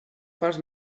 pels